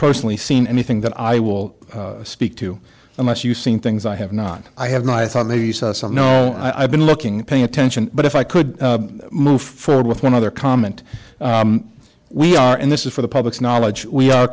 personally seen anything that i will speak to unless you've seen things i have not i have not i thought maybe you saw some no i've been looking paying attention but if i could move further with one other comment we are and this is for the public's knowledge we are